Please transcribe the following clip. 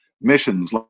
missions